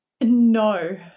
no